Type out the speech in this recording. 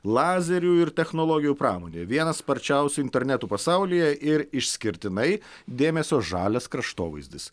lazerių ir technologijų pramonė vienas sparčiausių interneto pasaulyje ir išskirtinai dėmesio žalias kraštovaizdis